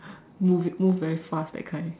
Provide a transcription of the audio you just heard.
moving move very fast that kind